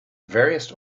various